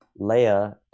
Leia